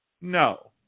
No